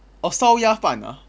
oh 烧鸭饭啊